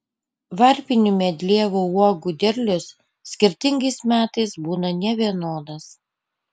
varpinių medlievų uogų derlius skirtingais metais būna nevienodas